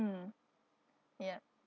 mm ya